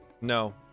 No